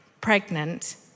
pregnant